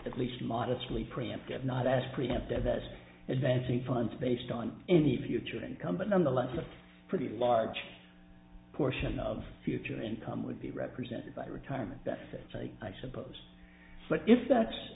at least modestly preemptive not as preemptive as advancing funds based on any future income but nonetheless a pretty large portion of future income would be represented by retirement that's it i suppose but if that's